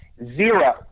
Zero